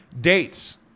Dates